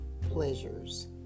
pleasures